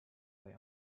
boy